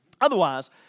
otherwise